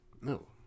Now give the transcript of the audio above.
No